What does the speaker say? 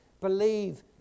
believe